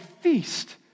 feast